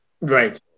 Right